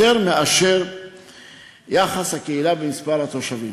יותר מיחס הקהילה במספר התושבים,